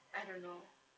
I don't know